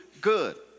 good